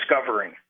discovering